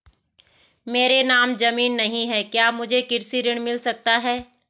मेरे नाम ज़मीन नहीं है क्या मुझे कृषि ऋण मिल सकता है?